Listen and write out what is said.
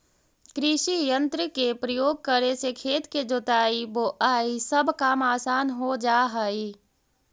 कृषियंत्र के प्रयोग करे से खेत के जोताई, बोआई सब काम असान हो जा हई